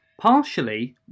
Partially